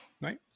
right